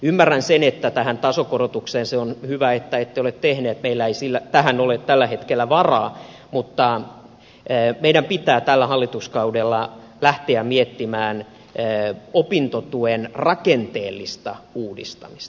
ymmärrän sen että tätä tasokorotusta ette ole tehneet se on hyvä meillä ei ole tähän tällä hetkellä varaa mutta meidän pitää tällä hallituskaudella lähteä miettimään opintotuen rakenteellista uudistamista